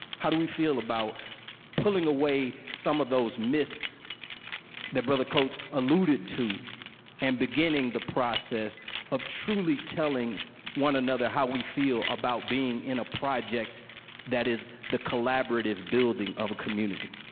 how do we feel about pulling away of those myths that brother coates alluded to and beginning the process of truly telling one another how we feel about being in a project that is the collaborative building of a community?